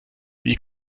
wie